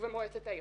ובמועצת העיר.